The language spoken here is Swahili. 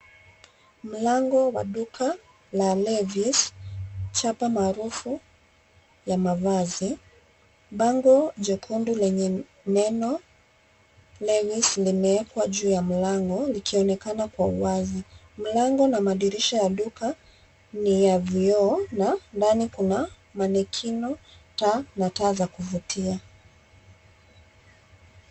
Mlango wa duka la Levis, chapa maarufu ya mavazi. Bango jekundu lenye neno Levis limewekwa juu ya mlango likionekana kwa wazi. Mlango na madirisha ya duka ni ya vioo, na ndani kuna manekini , taa, na taa za kuvutia.